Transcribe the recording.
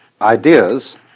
ideas